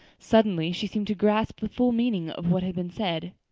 suddenly she seemed to grasp the full meaning of what had been said.